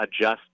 adjust